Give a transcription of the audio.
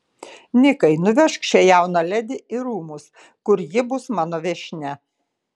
nikai nuvežk šią jauną ledi į rūmus kur ji bus mano viešnia